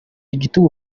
igitugu